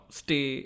stay